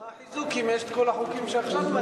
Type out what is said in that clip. ומה החיזוק, אם יש כל החוקים שעכשיו דנים בהם?